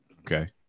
okay